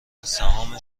سهام